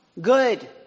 Good